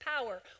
power